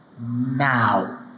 now